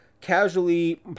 casually